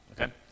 okay